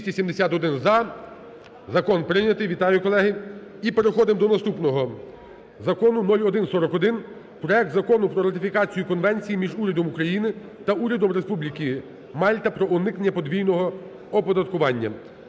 271 – за. Закон прийнятий. Вітаю, колеги. І переходимо до наступного закону 0141. Проект Закону про ратифікацію Конвенції між Урядом України та Урядом Республіки Мальта про уникнення подвійного оподаткування.